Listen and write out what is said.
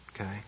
okay